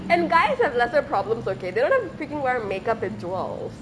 and guys have lesser problems okay they don't have to freaking wear makeup and jewels